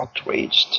outraged